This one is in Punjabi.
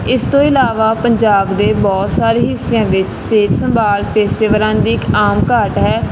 ਇਸ ਤੋਂ ਇਲਾਵਾ ਪੰਜਾਬ ਦੇ ਬਹੁਤ ਸਾਰੇ ਹਿੱਸਿਆਂ ਵਿੱਚ ਸਿਹਤ ਸੰਭਾਲ ਪੇਸ਼ੇਵਰਾ ਦੀ ਇੱਕ ਆਮ ਘਾਟ ਹੈ